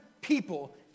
people